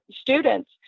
students